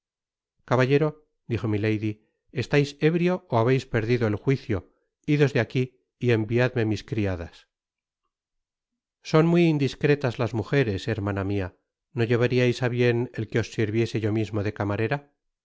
caballero dijo milady estais ébrio ó habeis perdido el juicio idos de aqui y enviadme mis criadas son muy indiscretas las mujeres hermana mia no llevariais á bien el que os sirviese yo mismo de camarera